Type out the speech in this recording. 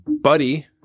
Buddy